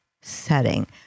setting